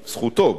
זכותו,